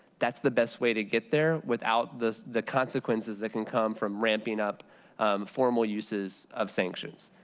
that's the best way to get there without the the consequences that could come from ramping up formal uses of sanctions.